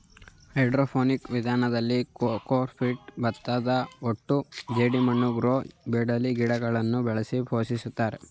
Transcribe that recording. hydroponic ವಿಧಾನದಲ್ಲಿ cocopeat, ಭತ್ತದಹೊಟ್ಟು ಜೆಡಿಮಣ್ಣು ಗ್ರೋ ಬೆಡ್ನಲ್ಲಿ ಗಿಡಗಳನ್ನು ಬೆಳೆಸಿ ಪೋಷಿಸುತ್ತಾರೆ